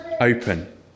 open